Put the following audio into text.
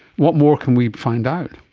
what more can we find out?